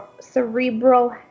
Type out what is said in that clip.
cerebral